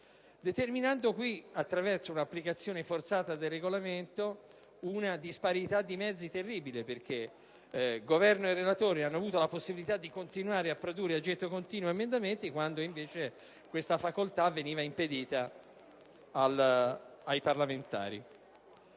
determinando, attraverso un'applicazione forzata del Regolamento, una terribile disparità di mezzi. Infatti, il Governo e il relatore hanno avuto la possibilità di continuare a produrre a getto continuo emendamenti, quando invece tale facoltà veniva impedita ai parlamentari.